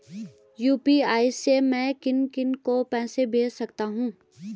UPI से मैं किन किन को पैसे भेज सकता हूँ?